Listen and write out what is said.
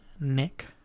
nick